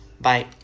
Bye